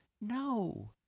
No